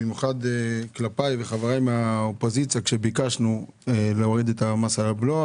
במיוחד כלפיי וכלפי חבריי מהאופוזיציה כשביקשנו להוריד את המס על הבלו,